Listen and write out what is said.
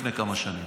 לפני כמה שנים.